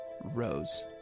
rose